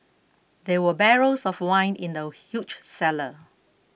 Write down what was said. there were barrels of wine in the huge cellar